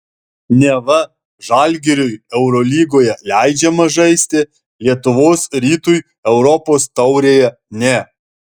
neva žalgiriui eurolygoje leidžiama žaisti lietuvos rytui europos taurėje ne